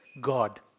God